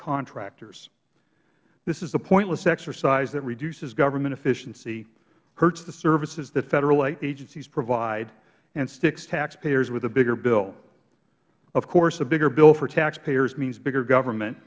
contractors this is a pointless exercise that reduces government efficiency hurts the services that federal agencies provide and sticks taxpayers with a bigger bill of course a bigger bill for taxpayers means bigger government